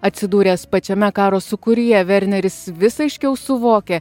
atsidūręs pačiame karo sūkuryje verneris vis aiškiau suvokė